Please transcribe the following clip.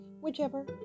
whichever